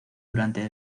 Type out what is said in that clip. durante